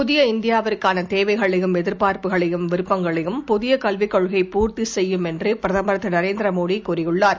புதிய இந்தியாவுக்கானதேவைகளையும் எதிர்பார்ப்புகளையும் விருப்பங்களையும் புதியகல்விக் கொள்கை பூர்த்திசெய்யும் என்றுபிரதமா் திருநரேந்திரமோடிதெரிவித்துள்ளாா்